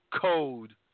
Code